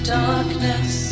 darkness